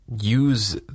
use